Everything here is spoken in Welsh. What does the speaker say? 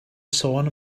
sôn